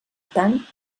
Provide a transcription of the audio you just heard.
tant